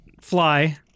Fly